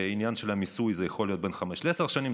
לעניין של המיסוי זה יכול להיות בין חמש שנים לעשר שנים.